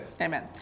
amen